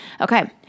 Okay